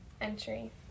entry